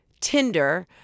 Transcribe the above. Tinder